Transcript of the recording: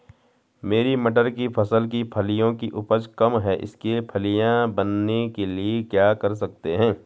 मेरी मटर की फसल की फलियों की उपज कम है इसके फलियां बनने के लिए क्या कर सकते हैं?